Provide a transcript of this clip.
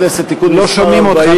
הכנסת (תיקון מס' 40) לא שומעים אותך,